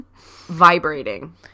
vibrating